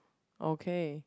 okay